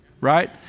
right